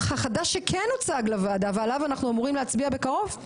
החדש שכן הוצג לוועדה ועליו אנחנו אמורים להצביע בקרוב,